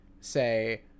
say